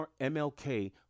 MLK